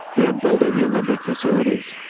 we are building the olympic facilities.